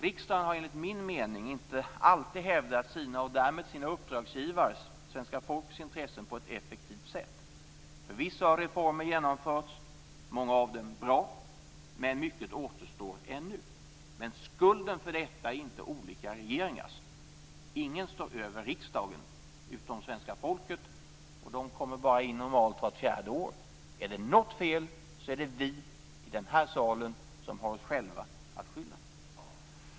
Riksdagen har, enligt min mening, inte alltid hävdat sina och därmed sina uppdragsgivares, svenska folket, intressen på ett effektivt sätt. Förvisso har reformer genomförts, och många av dem har varit bra. Men mycket återstår ännu. Skulden för detta är dock inte olika regeringars. Ingen står över riksdagen utom svenska folket, och det kommer normalt bara in vart fjärde år. Är det något fel så är det vi i den här salen som har oss själva att skylla.